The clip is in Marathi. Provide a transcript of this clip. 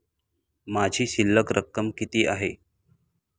माझी शिल्लक रक्कम किती आहे?